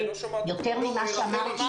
יותר ממה שאמרתי,